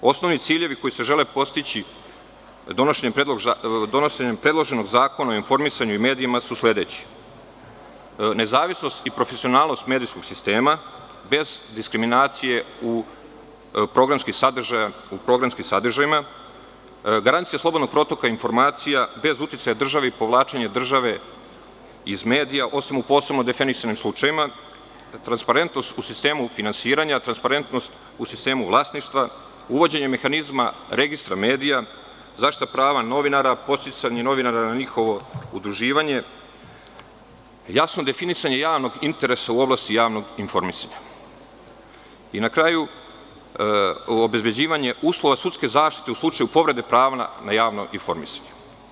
Osnovni ciljevi koji se žele postići donošenjem predloženog zakona o informisanju i medijima su sledeći – nezavisnost i profesionalnost medijskog sistema bez diskriminacije u programskim sadržajima, garancija slobodnog protoka informacija bez uticaja države i povlačenje države iz medija, osim u posebno definisanim slučajevima, transparentnost u sistemu finansiranja, transparentnost u sistemu vlasništva, uvođenje mehanizma registra medija, zaštita prava novinara, podsticanje novinara na njihovo udruživanje, jasno definisanje javnog interesa u oblasti javnog informisanja i na kraju obezbeđivanje uslova sudske zaštite u slučaju povrede prava na javno informisanje.